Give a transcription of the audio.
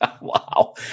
Wow